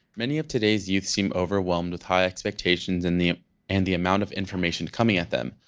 many of today's youth seem overwhelmed with high expectations and the and the amount of information coming at them.